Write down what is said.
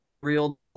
real